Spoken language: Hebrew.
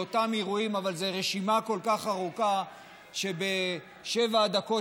אבל זו רשימה כל כך ארוכה שבשבע הדקות